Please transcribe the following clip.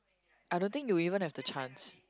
I don't think you even have the chance